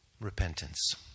repentance